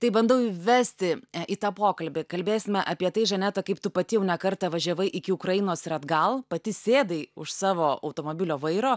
tai bandau įvesti į tą pokalbį kalbėsime apie tai žaneta kaip tu pati jau ne kartą važiavai iki ukrainos ir atgal pati sėdai už savo automobilio vairo